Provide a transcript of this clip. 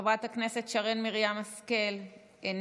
חברת הכנסת שרן מרים השכל איננה,